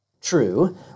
True